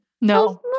No